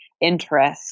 interest